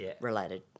related